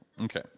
Okay